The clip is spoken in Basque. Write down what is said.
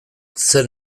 zer